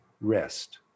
rest